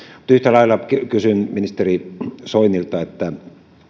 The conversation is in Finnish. mutta yhtä lailla kysyn ministeri soinilta lisäresurssien käytöstä